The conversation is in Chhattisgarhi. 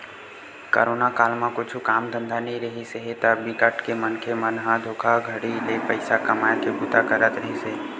कोरोना काल म कुछु काम धंधा नइ रिहिस हे ता बिकट के मनखे मन ह धोखाघड़ी ले पइसा कमाए के बूता करत रिहिस हे